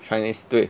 chinese 对